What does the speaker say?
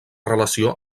relació